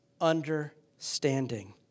understanding